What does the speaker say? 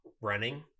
running